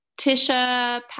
Tisha